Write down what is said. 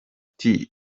tea